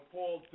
Paul